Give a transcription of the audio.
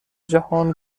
جهان